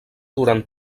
durant